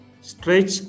Stretch